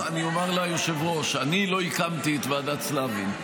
אני אומר ליושב-ראש, אני לא הקמתי את ועדת סלבין.